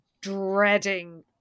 dreading